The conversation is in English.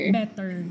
better